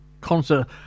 concert